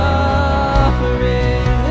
Suffering